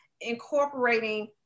incorporating